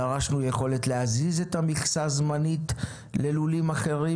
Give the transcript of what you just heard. דרשנו יכולת להזיז את המכסה זמנית ללולים אחרים